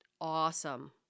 Awesome